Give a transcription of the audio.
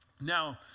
Now